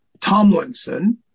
Tomlinson